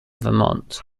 vermont